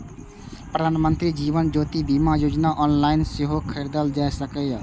प्रधानमंत्री जीवन ज्योति बीमा योजना ऑनलाइन सेहो खरीदल जा सकैए